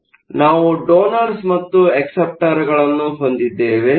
ಅದ್ದರಿಂದ ನಾವು ಡೋನರ್ಸ್ ಮತ್ತು ಅಕ್ಸೆಪ್ಟರ್ ಗಳನ್ನು ಹೊಂದಿದ್ದೆವೆ